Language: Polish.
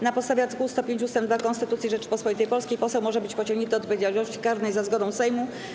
Na podstawie art. 105 ust. 2 Konstytucji Rzeczypospolitej Polskiej poseł może być pociągnięty do odpowiedzialności karnej za zgodą Sejmu.